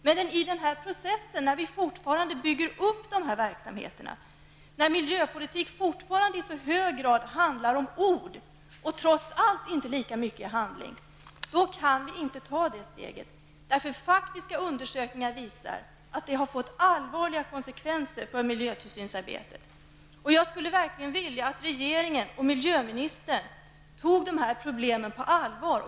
Men i den här processen, när vi fortfarande bygger upp verksamheten och när miljöpolitiken fortfarande i så hög grad handlar om ord och trots allt inte lika mycket om handling, då kan vi inte ta det steget. Faktiska undersökningar visar att det har fått allvarliga konsekvenser för miljötillsynsarbetet. Jag skulle verkligen vilja att regeringen och miljöministern tog de här problemen på allvar.